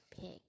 Pig